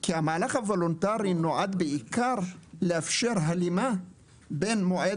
כי המהלך הוולונטרי נועד בעיקר לאפשר הלימה בין מועד